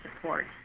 support